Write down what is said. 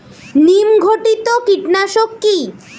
নিম ঘটিত কীটনাশক কি?